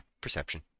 perception